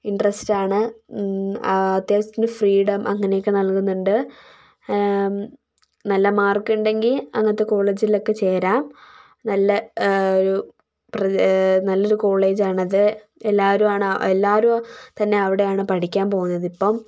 interest ആണ് അത്യാവശ്യത്തിന് freedom അങ്ങനെയൊക്കെ നൽകുന്നുണ്ട് നല്ല മാർക്കുണ്ടെങ്കിൽ അങ്ങനത്തെ കോളേജിലൊക്കെ ചേരാം നല്ല ഒരു നല്ലൊരു കോളേജ് ആണത് എല്ലാവരും ആണ് എല്ലാവരും തന്നെ അവിടെ ആണ് പഠിക്കാൻ പോക്കുന്നതിപ്പം